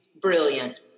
brilliant